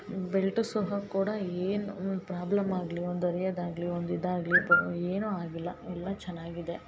belt ಸಹ ಕೊಡ ಏನು ಪ್ರಾಬ್ಲಮ್ ಆಗಲಿ ಒಂದು ಅರಿಯದಾಗಲಿ ಒಂದು ಇದಾಗಲಿ ಏನು ಆಗಿಲ್ಲ ಎಲ್ಲ ಚೆನ್ನಾಗಿದೆ